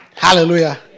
Hallelujah